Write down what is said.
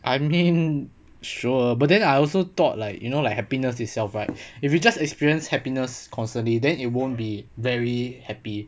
I mean sure but then I also thought like you know like happiness itself right if you just experience happiness constantly then it won't be very happy